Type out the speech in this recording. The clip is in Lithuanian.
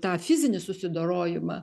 tą fizinį susidorojimą